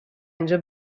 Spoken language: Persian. اینجا